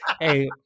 Hey